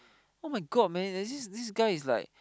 [oh]-my-god man and this this guy is like